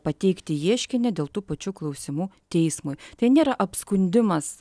pateikti ieškinį dėl tų pačių klausimų teismui tai nėra apskundimas